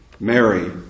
Mary